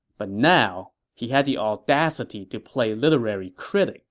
but now, he had the audacity to play literary critic